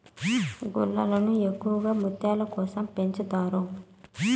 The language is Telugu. గుల్లలను ఎక్కువగా ముత్యాల కోసం పెంచుతారు